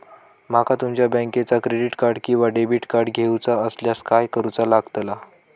माका तुमच्या बँकेचा क्रेडिट कार्ड किंवा डेबिट कार्ड घेऊचा असल्यास काय करूचा लागताला?